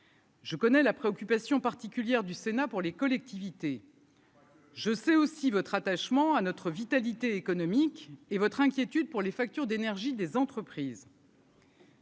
Je connais la préoccupation particulière du Sénat pour les collectivités. Je crois que. Je sais aussi votre attachement à notre vitalité économique et votre inquiétude pour les factures d'énergie des entreprises.